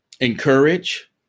encourage